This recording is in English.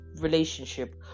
Relationship